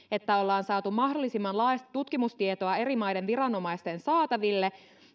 että ollaan saatu mahdollisimman laajasti tutkimustietoa eri maiden viranomaisten saataville